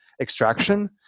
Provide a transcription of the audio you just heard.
extraction